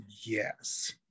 Yes